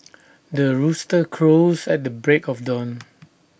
the rooster crows at the break of dawn